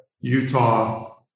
Utah